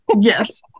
Yes